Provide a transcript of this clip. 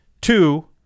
Two